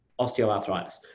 osteoarthritis